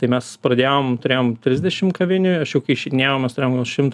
tai mes pradėjom turėjom trisdešimt kavinių aš jau kai išeidinėjau mes turėjom gal šimtą